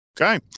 Okay